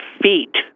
feet